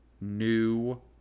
new